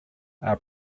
are